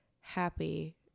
happy